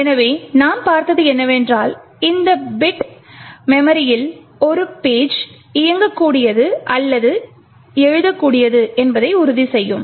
எனவே நாம் பார்த்தது என்னவென்றால் இந்த பிட் மெமரியில் ஒரு பேஜ் இயங்கக்கூடியது அல்லது எழுதக்கூடியது என்பதை உறுதி செய்யும்